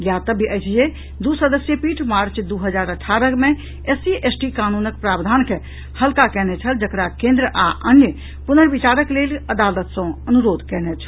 ज्ञातव्य अछि जे दू सदस्यीय पीठ मार्च दू हजार अठारह मे एससी एसटी कानूनक प्रावधान के हल्का कयने छल जकरा केंद्र आ आन पुनर्विचारक लेल अदालत सॅ अनुरोध कयने छल